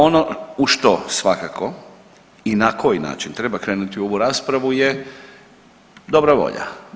Ono u što svakako i na koji način treba krenuti ovu raspravu je dobra volja.